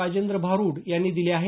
राजेंद्र भारुड यांनी दिले आहेत